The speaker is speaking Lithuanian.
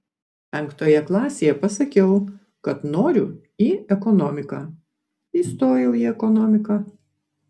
penktoje klasėje pasakiau kad noriu į ekonomiką įstojau į ekonomiką